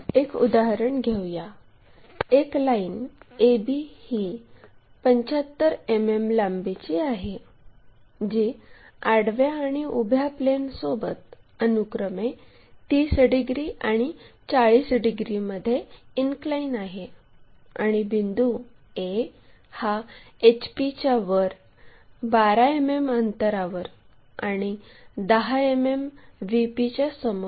एक उदाहरण घेऊया एक लाईन AB ही 75 मिमी लांबीची आहे जी आडव्या आणि उभ्या प्लेनसोबत अनुक्रमे 30 डिग्री आणि 40 डिग्रीमध्ये इनक्लाइन आहे आणि बिंदू A हा HP च्या वर 12 मिमी अंतरावर आणि 10 मिमी VP च्या समोर आहे